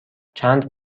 چند